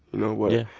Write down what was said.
you know, what. yeah.